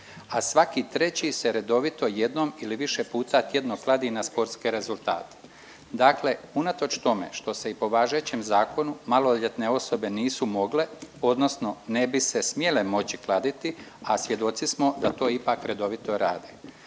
a svaki treći se redovito jednom ili više puta tjedno kladi na sportske rezultate. Dakle, unatoč tome što se i po važećem zakonu maloljetne osobe nisu mogle odnosno ne bi se smjele moći kladiti, a svjedoci smo da to ipak redovito rade.